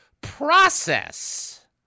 process